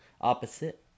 opposite